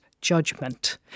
judgment